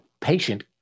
patient